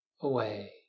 away